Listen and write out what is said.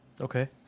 Okay